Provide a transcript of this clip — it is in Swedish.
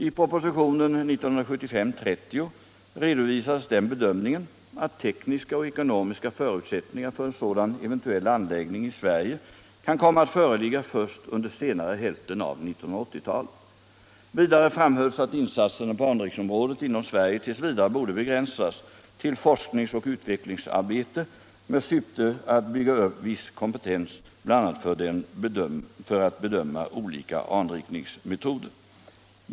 I propositionen 1975:30 redovisades den bedömningen att tekniska och ekonomiska förutsättningar för en sådan eventuell anläggning i Sverige kan komma att föreligga först under senare hälften av 1980-talet. Vidare framhölls att insatserna på anrikningsområdet inom Sverige t. v. borde begränsas till forskningsoch utvecklingsarbete med syfte att bygga upp viss kompetens bl.a. för att bedöma olika anrikningsmetoder.